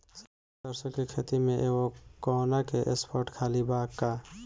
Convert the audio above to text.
सरसों के खेत में एगो कोना के स्पॉट खाली बा का?